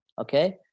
okay